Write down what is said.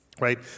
Right